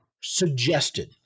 suggested